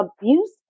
abuse